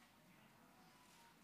אחמד, אתה איתנו?